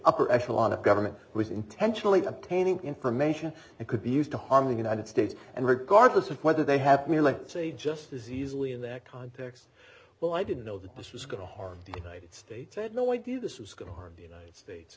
upper echelon of government was intentionally obtaining information that could be used to her the united states and regardless of whether they have we like to say just as easily in that context well i didn't know that this was going to harm the united states had no idea this was going to harm the united states